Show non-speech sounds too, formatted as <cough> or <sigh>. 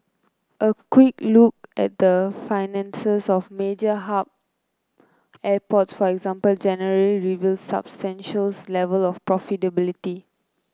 a quick look at the finances of major hub airports for example generally reveals substantial <unintelligible> level of profitability